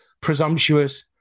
presumptuous